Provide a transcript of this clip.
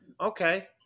Okay